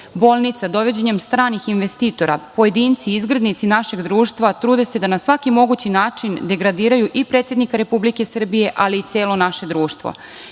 bolnica, dovođenjem stranih investitora, pojedinci izgrednici našeg društva trude se da na svaki mogući način degradiraju i predsednika Republike Srbije, ali i celo naše društvo.